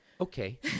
Okay